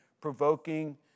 provoking